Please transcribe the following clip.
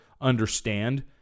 understand